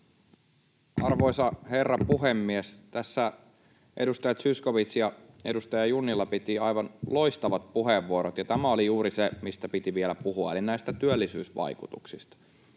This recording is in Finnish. Arvoisa herra puhemies! Tässä edustaja Zyskowicz ja edustaja Junnila pitivät aivan loistavat puheenvuorot, ja tämä oli juuri se, mistä piti vielä puhua, eli näistä työllisyysvaikutuksista.